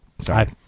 Sorry